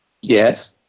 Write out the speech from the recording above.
Yes